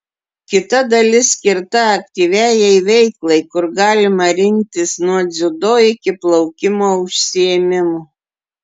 kita dalis skirta aktyviajai veiklai kur galima rinktis nuo dziudo iki plaukimo užsiėmimų